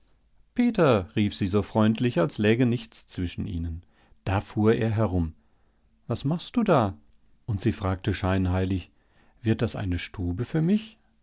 peter rief sie so freundlich als läge nichts zwischen ihnen da fuhr er herum was machst du da und sie fragte scheinheilig wird das eine stube für mich